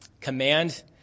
command